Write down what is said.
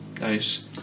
nice